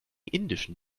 indischen